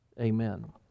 Amen